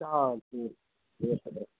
ah okay okay sir